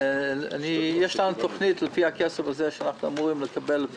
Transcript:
יש לנו תוכנית לפי הכסף שאנחנו אמורים לקבל.